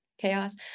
chaos